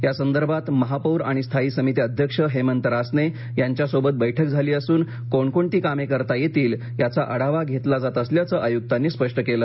यासंदर्भात महापौर आणि स्थायी समिती अध्यक्ष हेमंत रासने यांच्यासोबत बैठक झाली असून कोणकोणती कामे करता येतील याचा आढावा घेतला जात असल्याचे आयुक्तांनी स्पष्ट केलं